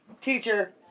teacher